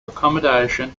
accommodation